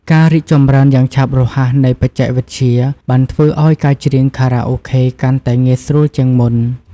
ការរីកចម្រើនយ៉ាងឆាប់រហ័សនៃបច្ចេកវិទ្យា បានធ្វើឱ្យការច្រៀងខារ៉ាអូខេកាន់តែងាយស្រួលជាងមុន។